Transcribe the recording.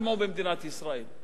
כמו שיש במדינת ישראל.